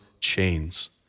chains